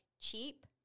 cheap